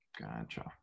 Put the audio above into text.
Gotcha